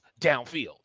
downfield